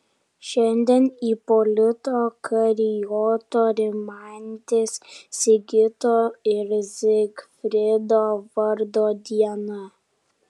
šiandien ipolito karijoto rimantės sigito ir zygfrido vardo diena